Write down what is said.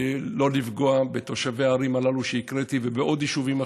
שלא לפגוע בתושבי הערים הללו שהקראתי וביישובים אחרים,